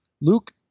Luke